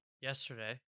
yesterday